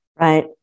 Right